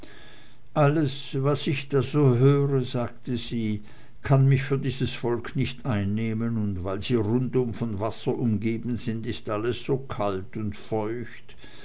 alles was ich da so höre sagte sie kann mich für dieses volk nicht einnehmen und weil sie rundum von wasser umgehen sind ist alles so kalt und feucht